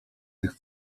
tych